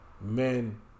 men